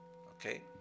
Okay